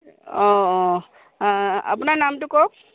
অঁ অঁ আপোনাৰ নামটো কওক